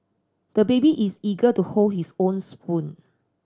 the baby is eager to hold his own spoon